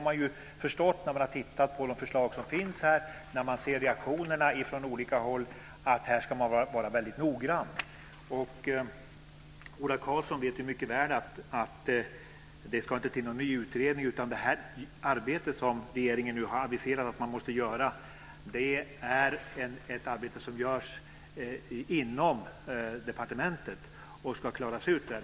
Man har förstått när man har tittat på de förslag som finns och ser reaktionerna från olika håll att man ska vara väldigt noggrann. Ola Karlsson vet mycket väl att det inte ska bli en ny utredning, utan det arbete som regeringen har aviserat måste göras är ett arbete som utförs inom departementet och ska klaras ut där.